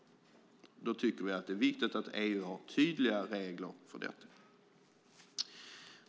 Vi tycker att det är viktigt att EU har tydliga regler för detta.